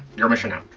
you're missing out.